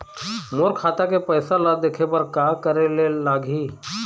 मोर खाता के पैसा ला देखे बर का करे ले लागही?